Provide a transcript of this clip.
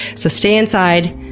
so stay inside,